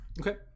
Okay